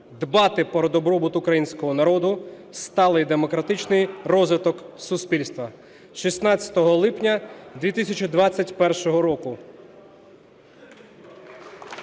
дбати про добробут Українського народу, сталий демократичний розвиток суспільства. 16 липня 2021 року.